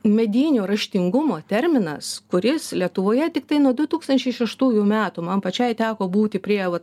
medinių raštingumo terminas kuris lietuvoje tiktai nuo du tūkstančiai šeštųjų metų man pačiai teko būti prie va